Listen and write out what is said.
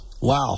Wow